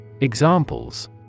Examples